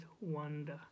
wonder